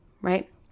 right